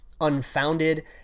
unfounded